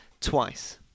twice